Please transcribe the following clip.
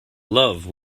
love